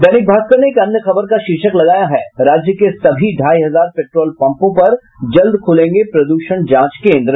दैनिक भास्कर ने एक अन्य खबर का शीर्षक लगाया है राज्य के सभी ढ़ाई हजार पेट्रोल पम्पों पर जल्द खुलेंगे प्रदूषण जांच केन्द्र